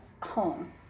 home